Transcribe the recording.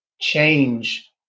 change